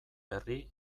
berri